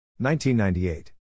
1998